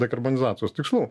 dekarbonizacijos tikslų